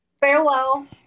Farewell